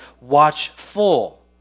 watchful